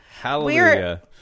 Hallelujah